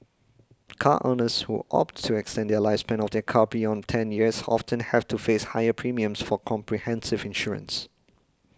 car owners who opt to extend the lifespan of their car beyond ten years often have to face higher premiums for comprehensive insurance